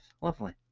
Lovely